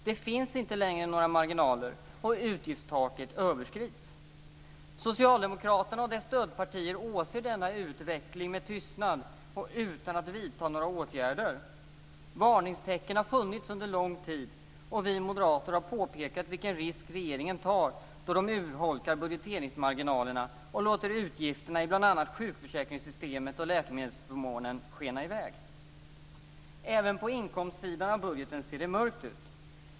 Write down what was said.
Det finns inte längre några marginaler, och utgiftstaket överskrids. Socialdemokraterna och deras stödpartier åser denna utveckling med tystnad och utan att vidta några åtgärder. Varningstecken har funnits under lång tid, och vi moderater har påpekat vilken risk regeringen tar då man urholkar budgeteringsmarginalerna och låter utgifterna för bl.a. sjukförsäkringssystemet och läkemedelsförmånen skena i väg. Även på inkomstsidan av budgeten ser det mörkt ut.